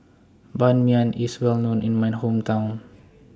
Ban Mian IS Well known in My Hometown